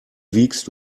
wiegst